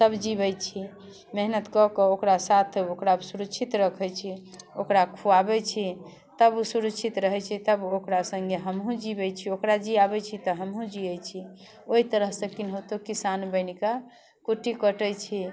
तब जिबै छी मेहनति कऽ कऽ ओकरा साथ ओकरा सुरक्षित रखै छी ओकरा खुआबै छी तब ओ सुरक्षित रहै छै तब ओकरा सङ्गे हमहूँ जिबै छी ओकरा जिआबै छी तऽ हमहूँ जिए छी ओहि तरहसँ केनाहितो किसान बनिकऽ कुट्टी कटै छी